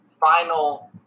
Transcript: final